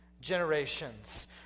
generations